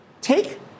Take